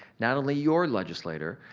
not only your legislator,